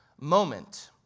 moment